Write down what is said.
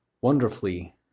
wonderfully